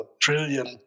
trillion